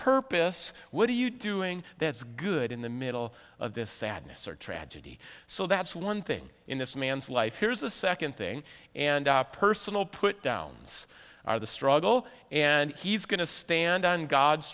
purpose what are you doing that's good in the middle of this sadness or tragedy so that's one thing in this man's life here's the second thing and personal put downs are the struggle and he's going to stand on god's